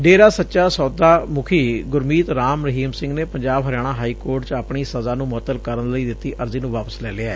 ਡੇਰਾ ਸੱਚਾ ਸੌਦਾ ਮੁਖੀ ਗੁਰਮੀਤ ਰਾਮ ਰਹੀਮ ਸੰਘ ਨੇ Punjab Haryana high court ਚ ਆਪਣੀ ਸਜ਼ਾ ਨੰ ਮੁਅੱਤਲ ਕਰਨ ਲਈ ਦਿੱਤੀ ਅਰਜ਼ੀ ਨੂੰ ਵਾਪਸ ਲੈ ਲਿਐ